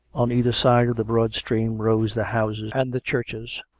on either side of the broad stream rose the houses and the churches,